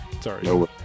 sorry